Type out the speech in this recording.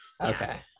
okay